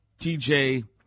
TJ